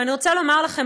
ואני רוצה לומר לכם,